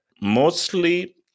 mostly